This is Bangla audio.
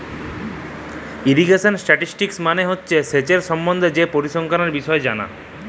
ইরিগেশল ইসট্যাটিস্টিকস মালে হছে সেঁচের সম্বল্ধে যে পরিসংখ্যালের বিষয় জালা